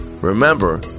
remember